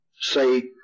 say